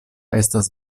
estas